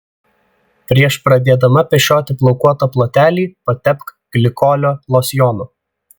prieš pradėdama pešioti plaukuotą plotelį patepk glikolio losjonu